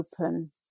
open